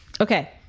okay